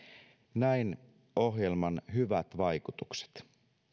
näin ohjelman hyvät vaikutukset